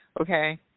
okay